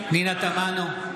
תמנו,